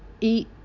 eat